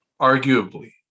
arguably